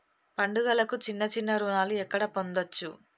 పండుగలకు చిన్న చిన్న రుణాలు ఎక్కడ పొందచ్చు?